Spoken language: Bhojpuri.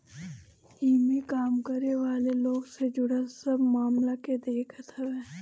इमें काम करे वाला लोग कर से जुड़ल सब मामला के देखत हवे